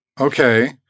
Okay